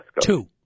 Two